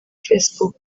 facebook